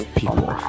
people